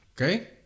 Okay